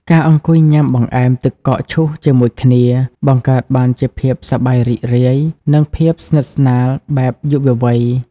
ការអង្គុយញ៉ាំបង្អែមទឹកកកឈូសជាមួយគ្នា បង្កើតបានជាភាពសប្បាយរីករាយ និងភាពស្និទ្ធស្នាលបែបយុវវ័យ។